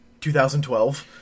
2012